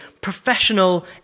professional